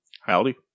howdy